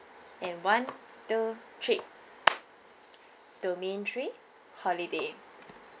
and one two three domain three holiday